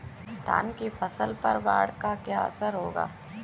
धान की फसल पर बाढ़ का क्या असर होगा?